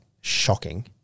shocking